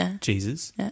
Jesus